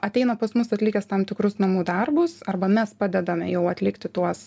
ateina pas mus atlikęs tam tikrus namų darbus arba mes padedame jau atlikti tuos